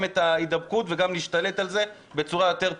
את ההידבקות וגם להשתלט על זה בצורה טובה יותר.